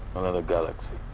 another galaxy,